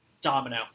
Domino